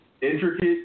intricate